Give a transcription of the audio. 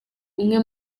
umwe